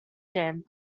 tent